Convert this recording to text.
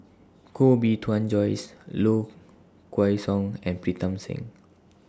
Koh Bee Tuan Joyce Low Kway Song and Pritam Singh